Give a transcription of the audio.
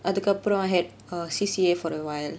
அதுக்கு அப்புறம்:athukku appuram I had err C_C_A for awhile